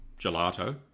gelato